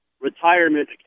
retirement